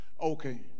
Okay